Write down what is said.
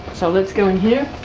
so let's go in here.